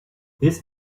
this